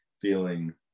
feeling